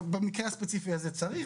במקרה הספציפי הזה צריך,